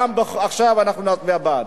גם עכשיו אנחנו נצביע בעד.